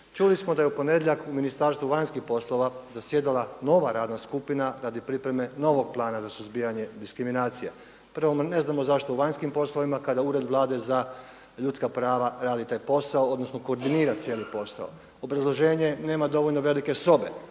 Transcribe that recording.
Čuli smo da je u ponedjeljak u Ministarstvu vanjskih poslova zasjedala nova radna skupina radi pripreme novog Plana za suzbijanje diskriminacije. Prvo ne znamo zašto u vanjskim poslovima kada Ured Vlade za ljudska prava radi taj posao, odnosno koordinira cijeli posao. Obrazloženje. Nema dovoljno velike sobe.